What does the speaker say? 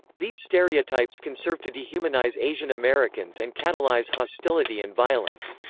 these stereotypes can serve to dehumanize asian-americans and catalyze hostility and violence.